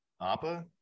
appa